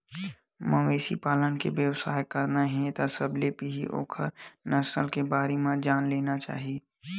मवेशी पालन के बेवसाय करना हे त सबले पहिली ओखर नसल के बारे म जान लेना चाही